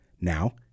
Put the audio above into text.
Now